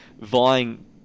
vying